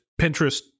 Pinterest